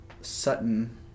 Sutton